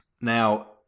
Now